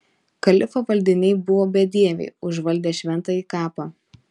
kalifo valdiniai buvo bedieviai užvaldę šventąjį kapą